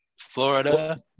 Florida